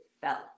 felt